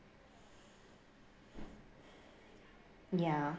ya